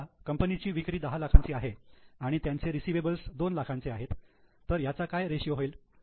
समजा कंपनीची विक्री 10 लाखांची आहे आणि त्यांचे रिसिवाबल्स 2 लाखांचे आहे तर याचा काय रेषीयो होईल